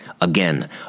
Again